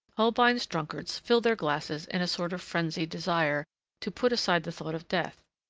holbein's drunkards fill their glasses in a sort of frenzied desire to put aside the thought of death,